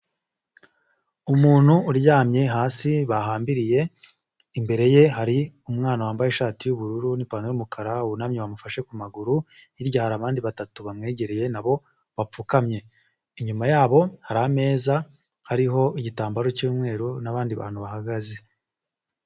Umuntu uryamye hasi bahambiriye, imbere ye hari umwana wambaye ishati y'ubururu n'ipantaro y'umukara wunamye yamufashe ku maguru, hirya hari abandi batatu bamwegereye nabo bapfukamye, inyuma yabo hari ameza hariho igitambaro cy'umweru n'abandi bantu bahagaze.